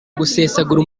gusesagura